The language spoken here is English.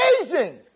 amazing